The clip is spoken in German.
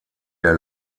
der